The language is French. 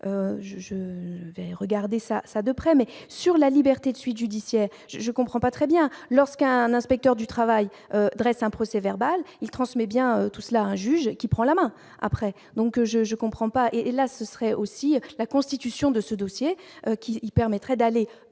je vais regarder ça ça de près, mais sur la liberté de suites judiciaires, je comprends pas très bien lorsqu'un inspecteur du travail, dresse un procès-verbal, il transmet bien tout cela, un juge qui prend la main après donc je je comprends pas, et là ce serait aussi la constitution de ce dossier qui permettraient d'aller